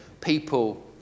people